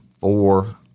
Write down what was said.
four